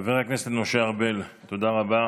חבר הכנסת משה ארבל, תודה רבה.